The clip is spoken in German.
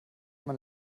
man